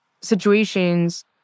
situations